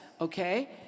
Okay